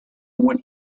when